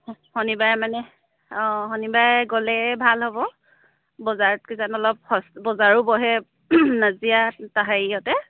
শ শনিবাৰে মানে অঁ শনিবাৰে গ'লে ভাল হ'ব বজাৰত কিজান অলপ সচ বজাৰো বহে নাজিৰাত তা হেৰিয়তে